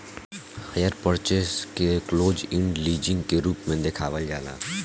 hire purchase के close end leasing के रूप में देखावल जाला